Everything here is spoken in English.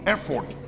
Effort